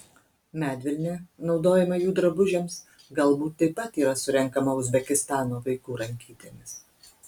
medvilnė naudojama jų drabužiams galbūt taip pat yra surenkama uzbekistano vaikų rankytėmis